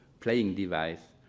playing device,